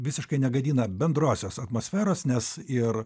visiškai negadina bendrosios atmosferos nes ir